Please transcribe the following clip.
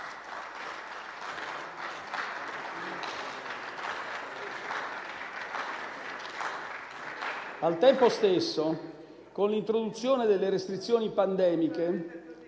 Al tempo stesso, con l'introduzione delle restrizioni pandemiche,